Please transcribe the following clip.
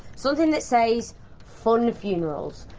something that says funn funerals.